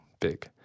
big